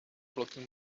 blocking